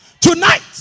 Tonight